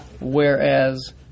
Whereas